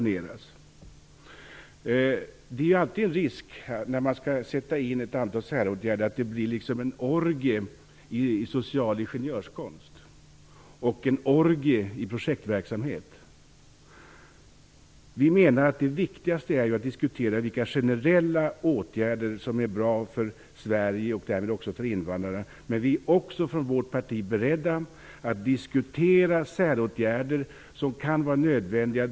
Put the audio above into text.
När ett antal säråtgärder skall sättas in finns alltid risken att det blir en "orgie" i social ingenjörskonst och projektverksamhet. Vi menar att det viktigaste är att diskutera vilka generella åtgärder som är bra för Sverige, och därmed också för invandrarna. Vi i vårt parti är också beredda att diskutera säråtgärder som kan vara nödvändiga.